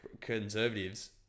conservatives